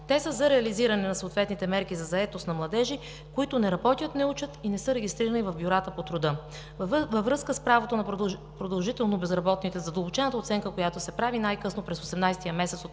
Те са за реализиране на съответните мерки за заетост на младежи, които не работят, не учат и не са регистрирани в бюрата по труда. Във връзка с правото на продължително безработните, задълбочената оценка, която се прави най-късно през осемнадесетия месец от